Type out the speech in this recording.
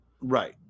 Right